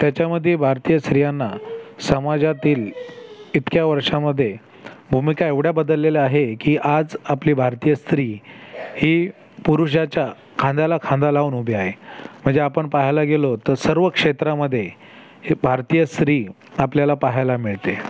त्याच्यामध्ये भारतीय स्त्रियांना समाजातील इतक्या वर्षामध्ये भूमिका एवढ्या बदललेल्या आहे की आज आपली भारतीय स्त्री ही पुरुषाच्या खांद्याला खांदा लावून उभी आहे मजे आपण पाहायला गेलो तर सर्व क्षेत्रामध्ये हे भारतीय स्त्री आपल्याला पाहायला मिळते